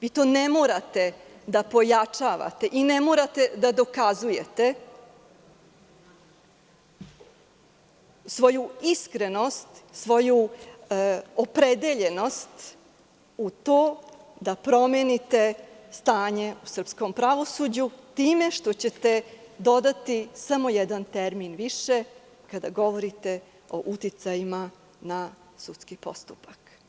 Vi to ne morate da pojačavate i ne morate da dokazujete svoju iskrenost, svoju opredeljenost da promenite stanje u srpskom pravosuđu time što ćete dodati samo jedan termin više kada govorite o uticajima na sudski postupak.